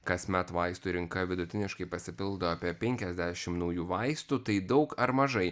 kasmet vaistų rinka vidutiniškai pasipildo apie penkiasdešim naujų vaistų tai daug ar mažai